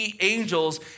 angels